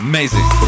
Amazing